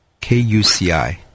KUCI